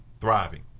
thriving